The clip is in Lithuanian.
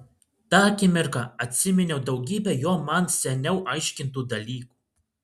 tą akimirką atsiminiau daugybę jo man seniau aiškintų dalykų